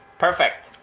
perfect!